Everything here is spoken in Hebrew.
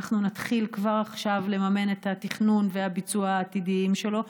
אנחנו נתחיל כבר עכשיו לממן את התכנון והביצוע העתידיים שלו.